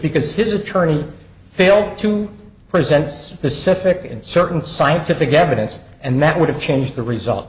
because his attorney failed to present specific and certain scientific evidence and that would have changed the result